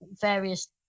various